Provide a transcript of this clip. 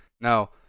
Now